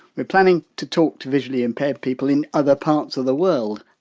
we're planning to talk to visually impaired people in other parts of the world,